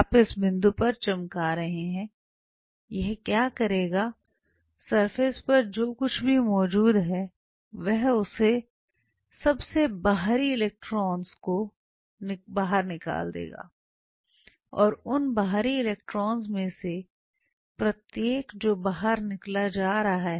आप इस बिंदु पर चमक रहे हैं यह क्या करेगा सरफेस पर जो कुछ भी मौजूद है वह उसके सबसे बाहरी इलेक्ट्रॉनों को बाहर निकाल देगा और उन बाहरी इलेक्ट्रॉनों में से प्रत्येक जो बाहर निकाला जा रहा है